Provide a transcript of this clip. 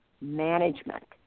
Management